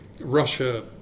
Russia